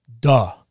duh